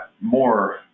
more